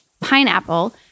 pineapple